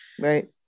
Right